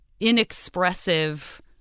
inexpressive